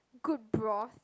good broth